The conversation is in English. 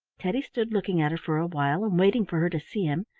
teddy stood looking at her for a while, and waiting for her to see him,